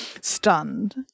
Stunned